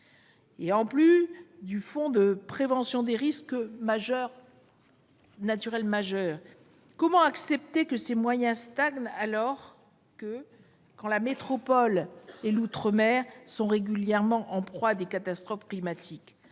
particulier au Fonds de prévention des risques naturels majeurs. Comment accepter que ces moyens stagnent quand la métropole et l'outre-mer sont régulièrement en proie à des catastrophes climatiques ?